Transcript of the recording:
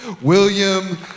William